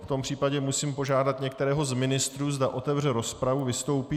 V tom případě musím požádat některého z ministrů, zda otevře rozpravu a vystoupí.